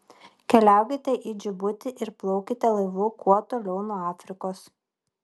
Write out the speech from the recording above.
keliaukite į džibutį ir plaukite laivu kuo toliau nuo afrikos